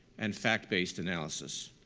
and fact-based analysis.